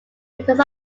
because